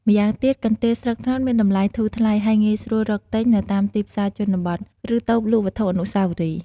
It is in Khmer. ម្យ៉ាងទៀត កន្ទេលស្លឹកត្នោតមានតម្លៃធូរថ្លៃ ហើយងាយស្រួលរកទិញនៅតាមទីផ្សារជនបទ ឬតូបលក់វត្ថុអនុស្សាវរីយ៍។